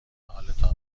حالتان